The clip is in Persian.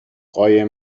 قایم